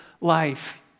life